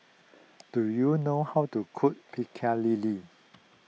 do you know how to cook Pecel Lele